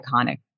iconic